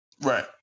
Right